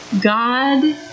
God